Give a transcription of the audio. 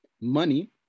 money